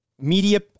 Media